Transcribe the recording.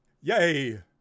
Yay